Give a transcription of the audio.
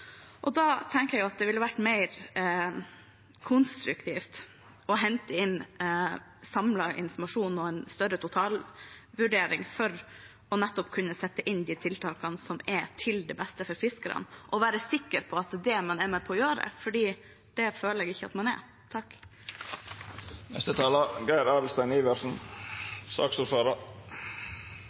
Da tenker jeg at det ville vært mer konstruktivt å hente inn og samle informasjon og få en større totalvurdering for nettopp å kunne sette inn de tiltakene som er til det beste for fiskerne, og være sikker på at det er det man er med på å gjøre, for det føler jeg ikke at man er.